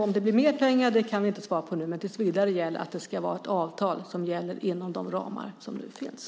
Om det blir mer pengar kan vi inte svara på nu, men tills vidare gäller att det ska vara ett avtal inom de ramar som finns.